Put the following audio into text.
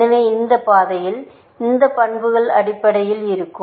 எனவே இந்த பாதையில் இந்த பண்புகள் அடிப்படையில் இருக்கும்